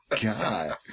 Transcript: God